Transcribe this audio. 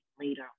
later